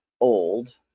old